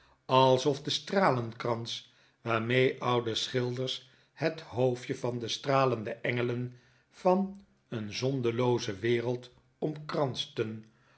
alsof de stralenkrans waarmee oude schilders het hoofdje van de stralende engelen van een zondelooze wereld omkransten